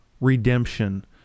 Redemption